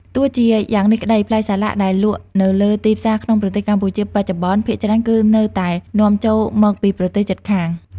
ទោះជាយ៉ាងនេះក្តី ផ្លែសាឡាក់ដែលលក់នៅលើទីផ្សារក្នុងប្រទេសកម្ពុជាបច្ចុប្បន្ន ភាគច្រើនគឺនៅតែនាំចូលមកពីប្រទេសជិតខាង ។